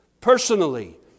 personally